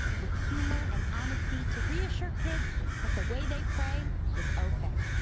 with humor and honesty to reassure kids that the way they pray is okay.